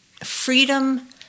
freedom